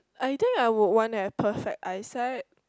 I think I would want to have perfect eyesight